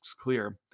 clear